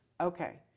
okay